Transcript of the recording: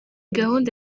gahunda